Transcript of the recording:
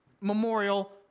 memorial